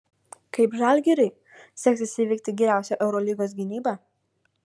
kaip žalgiriui seksis įveikti geriausią eurolygos gynybą